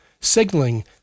signaling